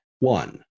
one